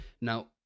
Now